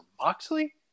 Moxley